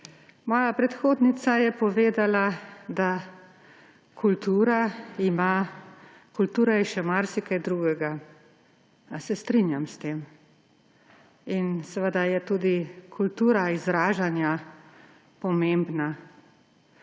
Moja predhodnica je povedala, da je kultura še marsikaj drugega, in se strinjam s tem. Seveda je tudi kultura izražanja pomembna.